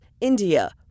India